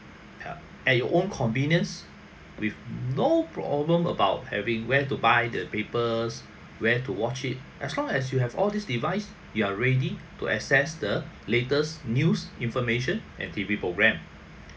at your own convenience with no problem about having where to buy the papers where to watch it as long as you have all these device you are ready to access the latest news information and T_V programme